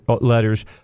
letters